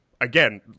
again